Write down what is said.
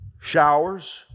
showers